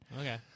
Okay